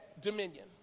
dominion